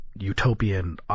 utopian